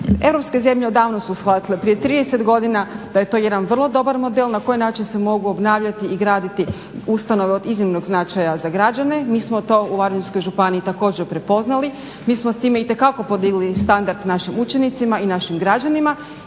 Europske zemlje odavno su shvatile prije 30 godina da je to jedan vrlo dobar model na koji način se mogu obnavljati i graditi ustanove od iznimnog značaja za građane. Mi smo to u Varaždinskoj županiji također prepoznali, mi smo s time itekako podigli standard našim učenicima i našim građanima